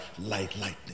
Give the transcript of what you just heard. lightning